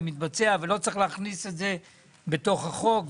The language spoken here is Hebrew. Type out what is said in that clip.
שלא צריך להכניס את זה לתוך החוק,